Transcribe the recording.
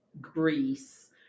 Greece